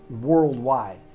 worldwide